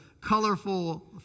colorful